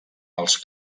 els